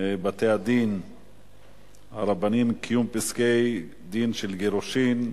בתי-דין רבניים (קיום פסקי-דין של גירושין)